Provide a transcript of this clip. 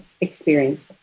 experience